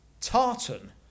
Tartan